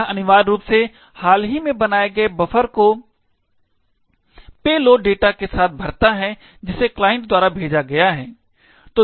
यह अनिवार्य रूप से हाल ही में बनाए गए बफर को पेलोड डेटा के साथ भरता है जिसे क्लाइंट द्वारा भेजा गया है